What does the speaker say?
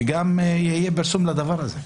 שגם יהיה פרסום לדבר הזה.